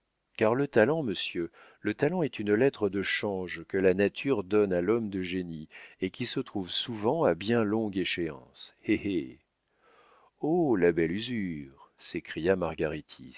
car le talent monsieur le talent est une lettre de change que la nature donne à l'homme de génie et qui se trouve souvent à bien longue échéance hé hé oh la belle usure s'écria